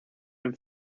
him